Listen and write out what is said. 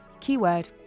Keyword